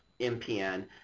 MPN